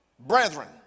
Brethren